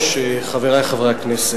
היושב-ראש, תודה רבה, חברי חברי הכנסת,